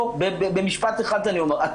במשפט אחד אני אומר,